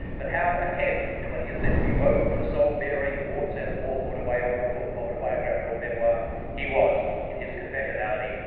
but how ahead of the twentieth century vogue for soul-baring, warts and all, autobiographical autobiographical memoir he was in his confessionality,